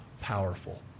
powerful